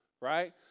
right